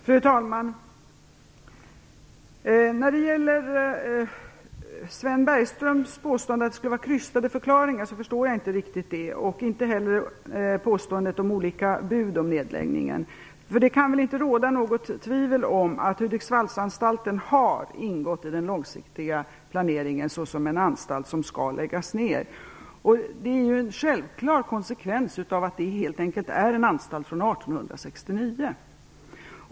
Fru talman! Jag förstår inte riktigt Sven Bergströms påstående om krystade förklaringar. Inte heller förstår jag påståendet om olika bud om nedläggningen. Det kan väl inte råda något tvivel om att Hudiksvallsanstalten har ingått i den långsiktiga planeringen som en anstalt som skall läggas ner. Det är en självklar konsekvens av att det helt enkelt gäller en anstalt från 1869.